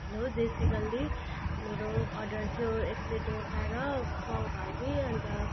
hello Desi Galli मेरो order थियो एक प्लेट डोसा र पाउभाजी अन्त